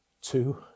two